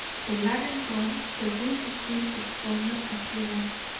the lantern gone, the room resumed its former appearance.